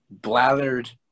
blathered